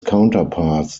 counterparts